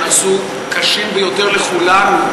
שנעשו קשים ביותר לכולנו,